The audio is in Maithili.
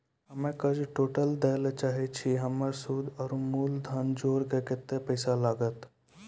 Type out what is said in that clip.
हम्मे कर्जा टोटल दे ला चाहे छी हमर सुद और मूलधन जोर के केतना पैसा लागत?